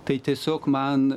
tai tiesiog man